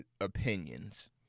Opinions